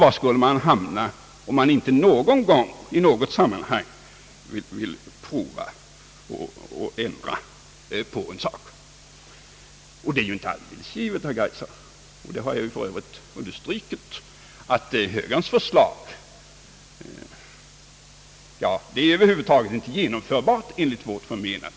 Var skulle man hamna om man inte någon gång i något sammanhang ville pröva och ändra på en sak? Herr Kaijser hade ytterligare en rad erinringar.